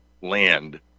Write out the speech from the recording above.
land